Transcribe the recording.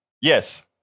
Yes